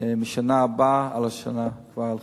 מהשנה הבאה לשנה זו.